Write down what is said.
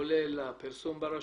כולל הפרסום ברשומות,